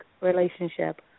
relationship